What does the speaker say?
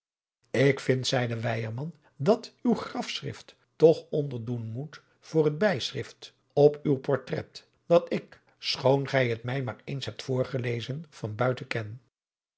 ik vind zeide weyerman dat uw grafschrift toch onderdoen moet voor het bijschrift op uw portrait dat ik schoon gij het mij maar eens hebt voorgelezen van buiten ken